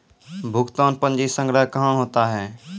भुगतान पंजी संग्रह कहां होता हैं?